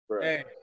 Hey